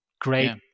great